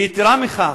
ויתירה מכך,